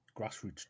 grassroots